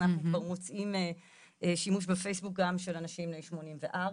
אנחנו כבר מוצאים שימוש בפייסבוק גם של אנשים בני שמונים ושלוש,